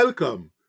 Welcome